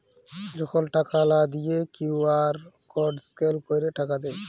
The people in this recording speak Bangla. যখল টাকা লা দিঁয়ে কিউ.আর কড স্ক্যাল ক্যইরে টাকা দেয়